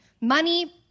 money